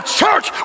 church